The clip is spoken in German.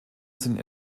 sind